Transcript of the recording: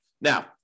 Now